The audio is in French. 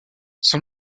son